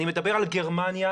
אני מדבר על גרמניה,